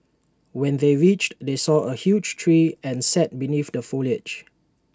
when they reached they saw A huge tree and sat beneath the foliage